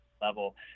level